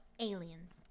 Aliens